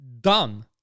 done